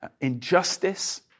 injustice